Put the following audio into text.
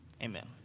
amen